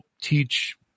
teach